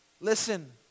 Listen